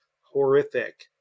horrific